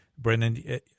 Brendan